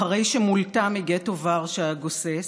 אחרי שמולטה מגטו ורשה הגוסס,